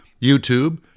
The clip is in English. YouTube